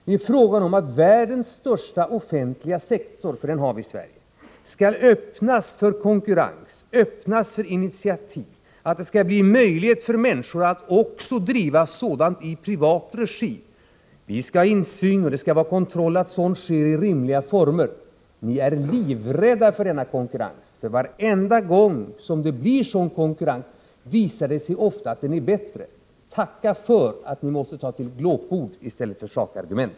Det är fråga om, Olof Palme, att världens största offentliga sektor — den har vi i Sverige — skall öppnas för konkurrens, öppnas för initiativ, att det skall bli möjligt för människor att också driva sådan verksamhet i privat regi. Vi skall ha insyn, och det skall vara kontroll av att sådant sker i rimliga former. Ni är livrädda för den konkurrensen — när det blir sådan konkurrens visar det sig ofta att den privata verksamheten är bättre. Tacka för att ni måste ta till glåpord i stället för sakargument!